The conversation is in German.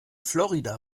florida